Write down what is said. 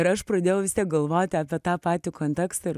ir aš pradėjau galvoti apie tą patį kontekstą ir